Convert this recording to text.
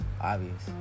obvious